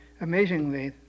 Amazingly